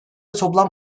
toplam